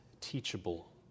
teachable